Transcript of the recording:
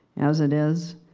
as it is,